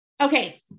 Okay